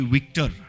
Victor